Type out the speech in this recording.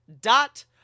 dot